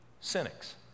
Cynics